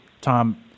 Tom